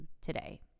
today